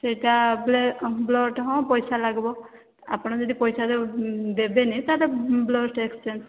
ସେଇଟା ବ୍ଲଡ୍ ହଁ ପଇସା ଲାଗିବ ଆପଣ ଯଦି ପଇସା ଦେବେନି ତାହେଲେ ବ୍ଲଡ୍ ଏକ୍ସଚେଞ୍ଜ